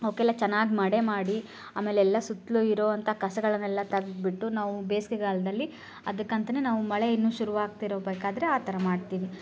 ಅವಕ್ಕೆಲ್ಲ ಚೆನ್ನಾಗಿ ಮಡೆ ಮಾಡಿ ಆಮೇಲೆ ಎಲ್ಲ ಸುತ್ತಲೂ ಇರುವಂಥ ಕಸಗಳನ್ನೆಲ್ಲ ತೆಗೆದ್ಬಿಟ್ಟು ನಾವು ಬೇಸಿಗೆಗಾಲ್ದಲ್ಲಿ ಅದಕ್ಕಂತಲೇ ನಾವು ಮಳೆ ಇನ್ನೂ ಶುರು ಆಗ್ತಿರೋ ಬೇಕಾದರೆ ಆ ಥರ ಮಾಡ್ತೀವಿ